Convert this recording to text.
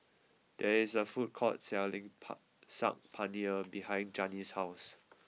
there is a food court selling pah Saag Paneer behind Janis' house